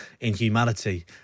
inhumanity